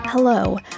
Hello